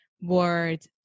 word